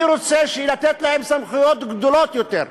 אני רוצה לתת להם סמכויות גדולות יותר,